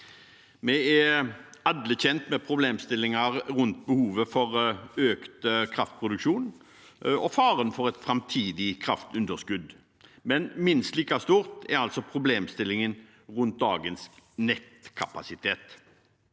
Vi er alle kjent med problemstillinger rundt behovet for økt kraftproduksjon og faren for et framtidig kraftunderskudd, men minst like stort er altså problemstillingen rundt dagens nettkapasitet.